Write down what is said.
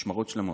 משמרות שלמות.